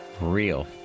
real